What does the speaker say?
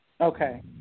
Okay